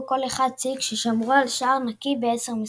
כל אחד שיא כששמרו על שער נקי ב-10 משחקים.